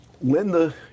Linda